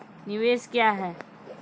निवेश क्या है?